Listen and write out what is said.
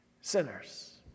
sinners